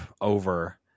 over